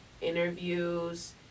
interviews